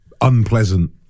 unpleasant